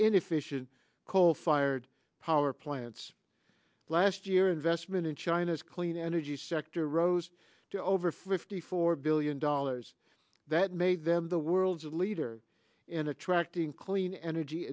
inefficient coal fired power plants last year investment in china's clean energy sector rose to over fifty four billion dollars that made them the world's leader in attracting clean energy